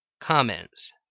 comments